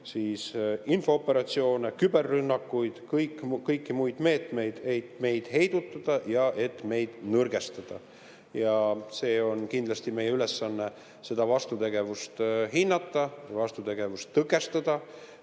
infooperatsioone, küberrünnakuid, kõiki muid meetmeid, et meid heidutada ja et meid nõrgestada. See on kindlasti meie ülesanne seda vastutegevust hinnata, vastutegevust tõkestada